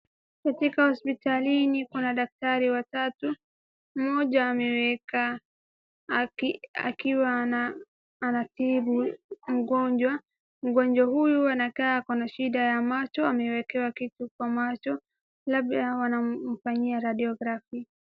Katika hospitalini kuna daktari watatu, mmoja ameweka akiwa anatibu mgonjwa, mgonjwa huyu anakaa ako na shida ya macho amewekewa kitu kwa macho labda wanamfanyia radiography .